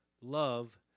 love